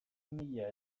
mila